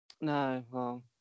no